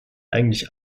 eigentlich